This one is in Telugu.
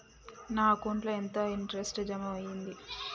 నా అకౌంట్ ల ఎంత ఇంట్రెస్ట్ జమ అయ్యింది?